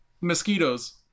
mosquitoes